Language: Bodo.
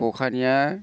खखानिया